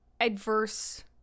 adverse